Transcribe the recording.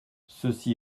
ceci